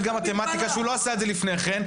גם מתמטיקה שהוא לא עשה את זה לפני כן,